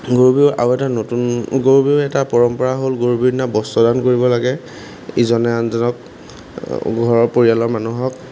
গৰু বিহু আৰু এটা নতুন গৰু বিহুৰ এটা পৰম্পৰা হ'ল গৰু বিহু দিনা বস্ত্ৰ দান কৰিব লাগে ইজনে আনজনক ঘৰৰ পৰিয়ালৰ মানুহক